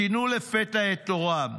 שינו לפתע את עורם.